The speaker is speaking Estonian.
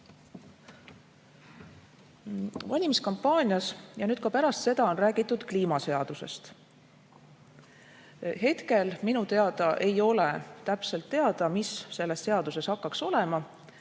Valimiskampaania ajal räägiti ja ka pärast seda on räägitud kliimaseadusest. Hetkel minu teada ei ole täpselt teada, mis selles seaduses hakkaks olema.